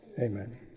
amen